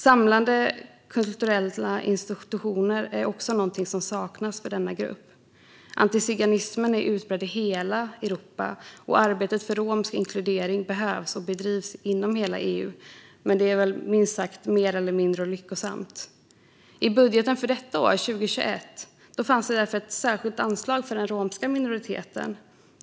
Samlande kulturella institutioner är också något som saknas för denna grupp. Antiziganismen är utbredd i hela Europa, och arbete för romsk inkludering behövs och bedrivs inom hela EU. Men det är mer eller mindre lyckosamt, minst sagt. I statens budget för detta år, 2021, fanns därför ett särskilt anslag för den romska minoriteten.